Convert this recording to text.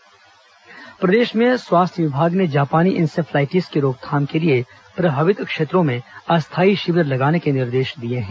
जापानी इंसेफेलाइटिस रोकथाम प्रदेश में स्वास्थ्य विभाग ने जापानी इंसेफेलाइटिस की रोकथाम के लिए प्रभावित क्षेत्रों में अस्थायी शिविर लगाने के निर्देश दिए हैं